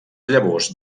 llavors